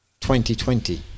2020